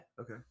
Okay